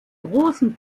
großen